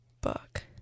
book